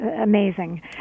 amazing